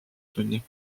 tunni